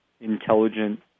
intelligent